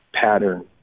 pattern